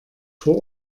vor